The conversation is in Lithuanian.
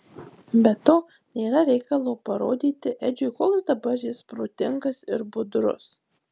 be to nėra reikalo parodyti edžiui koks dabar jis protingas ir budrus